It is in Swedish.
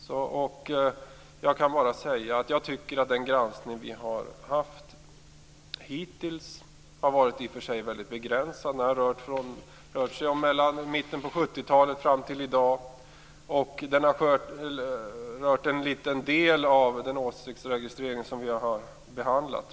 Jag kan bara säga att jag tycker att den granskning vi har haft hittills har varit väldigt begränsad. Det har rört sig om åren mellan mitten på 70-talet fram till i dag. Den har rört en liten del av den åsiktsregistrering som vi har behandlat.